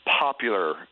popular